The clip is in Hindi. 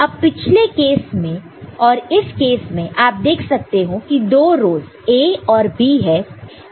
अब पिछले केस में और इस केस में आप देख सकते हैं की दो रोस a और b है